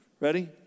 Ready